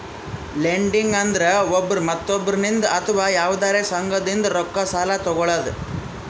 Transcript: lending ಅಂದ್ರ ಒಬ್ರ್ ಮತ್ತೊಬ್ಬರಿಂದ್ ಅಥವಾ ಯವಾದ್ರೆ ಸಂಘದಿಂದ್ ರೊಕ್ಕ ಸಾಲಾ ತೊಗಳದು